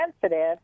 sensitive